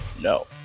No